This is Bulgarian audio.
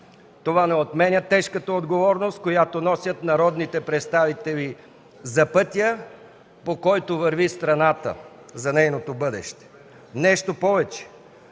Това не отменя тежката отговорност, която носят народните представители за пътя, по който върви страната, за нейното бъдеще. Нещо повече,